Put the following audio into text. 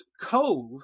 Cove